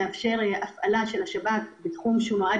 סעיף שמאפשר הפעלה של השב"כ בתחום שנועד